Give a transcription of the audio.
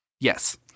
Yes